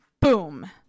boom